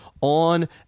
on